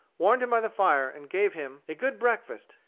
warmed him by the fire, and gave him a good breakfast,